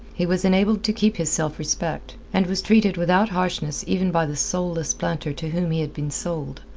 he was enabled to keep his self-respect, and was treated without harshness even by the soulless planter to whom he had been sold.